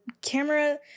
camera